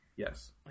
Yes